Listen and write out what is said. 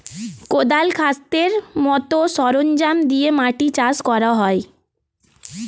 কোদাল, কাস্তের মত সরঞ্জাম দিয়ে মাটি চাষ করা হয়